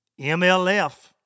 MLF